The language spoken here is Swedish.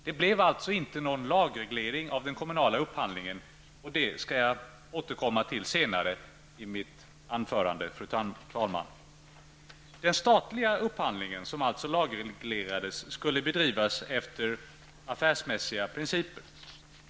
Det blev alltså inte någon lagreglering av den kommunala upphandlingen, och det skall jag återkomma till senare i mitt anförande, fru talman. Den statliga upphandlingen, som alltså lagreglerades, skulle bedrivas enligt affärsmässiga principer.